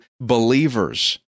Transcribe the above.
believers